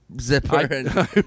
zipper